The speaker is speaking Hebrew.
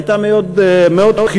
הייתה מאוד חיובית.